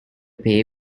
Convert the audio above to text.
pay